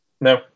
No